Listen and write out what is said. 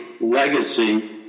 legacy